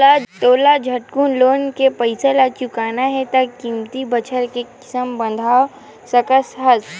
तोला झटकुन लोन के पइसा ल चुकाना हे त कमती बछर के किस्त बंधवा सकस हस